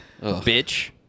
Bitch